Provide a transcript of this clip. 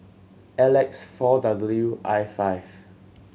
L X four W I five